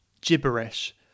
gibberish